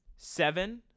Seven